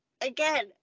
again